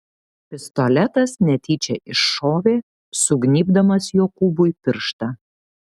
pistoletas netyčia iššovė sugnybdamas jokūbui pirštą